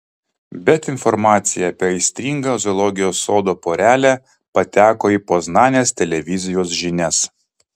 bet informacija apie aistringą zoologijos sodo porelę pateko į poznanės televizijos žinias